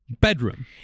bedroom